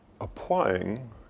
applying